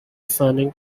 fanning